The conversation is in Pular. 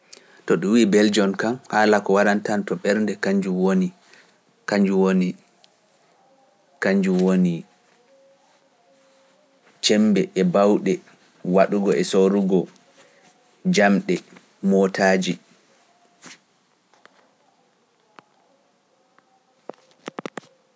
To ɗum wi'i Beljoon ka, haala ko waɗantanto ɓernde, kanjum woni, kanjum woni, kanjum woni, cembe e bawɗe, waɗugo e sorugo, jamɗe, mootaaji.